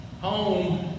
home